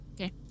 Okay